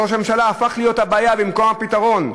"ראש הממשלה הפך להיות הבעיה במקום הפתרון".